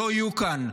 לא יהיו כאן.